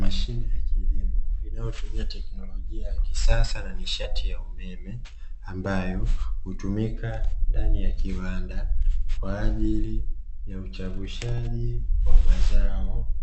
Mashine ya kilimo inayotumia teknolojia ya kisasa na nishati ya umeme, ambayo hutumika ndani ya kiwanda kwa ajili ya uchavushaji wa mazao